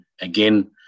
again